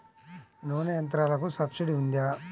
నూనె యంత్రాలకు సబ్సిడీ ఉందా?